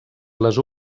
les